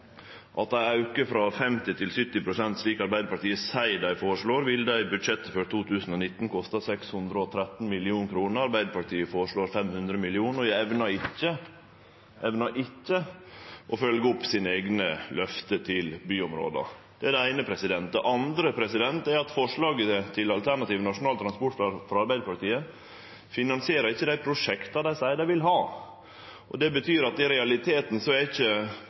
Det er altså slik at med ein auke frå 50 pst. til 70 pst., slik Arbeidarpartiet seier dei føreslår, ville det i budsjettet for 2019 koste 613 mill. kr. Arbeidarpartiet føreslår 500 mill. kr og evnar ikkje å følgje opp sine eigne løfte til byområda. Det er det eine. Det andre er at forslaget til alternativ nasjonal transportplan frå Arbeidarpartiet ikkje finansierer dei prosjekta dei seier dei vil ha. Det betyr at